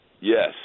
Yes